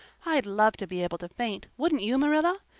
i'd love to be able to faint, wouldn't you, marilla?